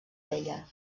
vella